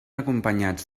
acompanyats